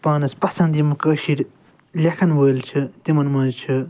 پانَس پَسَنٛد یِم کٲشِر لیکھَن وٲلۍ چھِ تِمَن مَنٛز چھِ